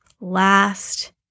last